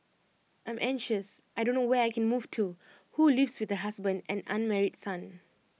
I'm anxious I don't know where I can move to who lives with her husband and unmarried son